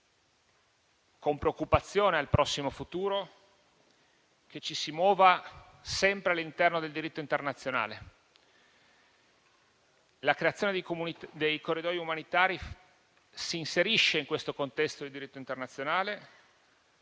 con preoccupazione al prossimo futuro - ci si muova sempre all'interno del diritto internazionale. La creazione dei corridoi umanitari si inserisce in questo contesto di diritto internazionale,